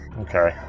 Okay